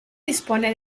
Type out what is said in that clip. dispone